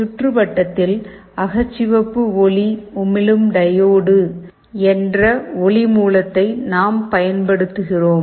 சுற்றுவட்டத்தில் அகச்சிவப்பு ஒளி உமிழும் டையோடு ஐஆர் எல்இடி என்ற ஒளி மூலத்தை நாம் பயன்படுத்துகிறோம்